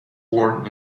born